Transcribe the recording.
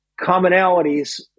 commonalities